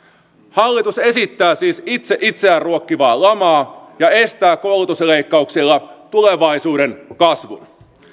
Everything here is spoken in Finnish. hallitus esittää siis itse itseään ruokkivaa lamaa ja estää koulutusleikkauksilla tulevaisuuden kasvun